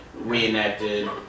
reenacted